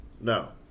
No